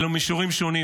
אלו מישורים שונים,